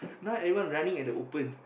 now everyone running at the open